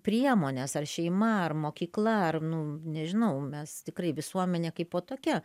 priemones ar šeima ar mokykla ar nu nežinau mes tikrai visuomenė kaipo tokia